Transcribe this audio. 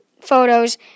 photos